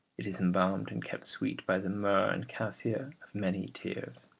it is embalmed and kept sweet by the myrrh and cassia of many tears.